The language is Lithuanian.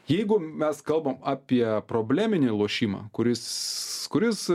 jeigu mes kalbam apie probleminį lošimą kuris kuris